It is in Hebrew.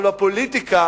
אבל בפוליטיקה